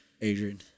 Adrian